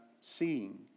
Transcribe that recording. seeing